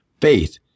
faith